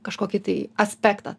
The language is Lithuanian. kažkokį tai aspektą